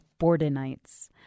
Bordenites